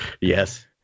Yes